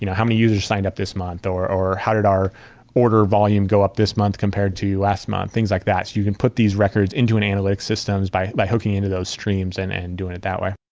you know how many users sign up this month, or or how did our order volume go up this month compared to the last month? things like that. you can put these records into an analytic systems by by hooking into those streams and and doing it that way.